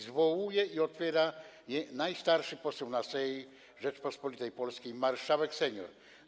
Zwołuje je i otwiera najstarszy poseł na Sejm Rzeczypospolitej Polskiej - marszałek senior.